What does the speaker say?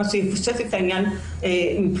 מה שיפשט את העניין מבחינתו.